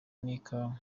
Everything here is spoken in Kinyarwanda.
n’ikawa